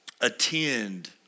attend